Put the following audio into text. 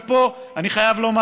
ופה אני חייב לומר,